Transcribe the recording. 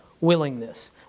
willingness